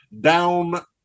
down